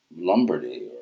Lombardy